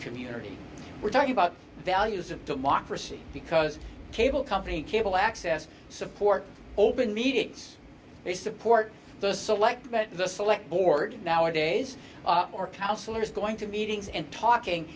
community we're talking about values of democracy because cable company cable access support open meetings they support the select the select board nowadays or counselors going to meetings and talking